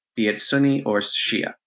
be it sunni or shiite.